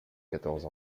quatorze